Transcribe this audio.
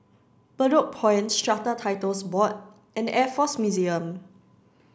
Bedok Point Strata Titles Board and Air Force Museum